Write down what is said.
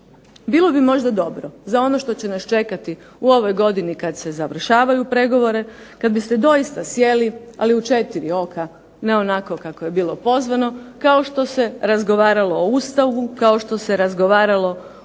Bilo bi možda dobro za ono što će nas čekati u ovoj godini kad se završavaju pregovore, kad biste doista sjeli, ali u četiri oka, ne onako kako je bilo pozvano, kao što se razgovaralo o Ustavu, kao što se razgovaralo o